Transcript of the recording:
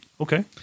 Okay